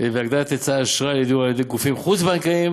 והגדלת היצע האשראי לדיור על-ידי גופים חוץ-בנקאיים.